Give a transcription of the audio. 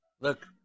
look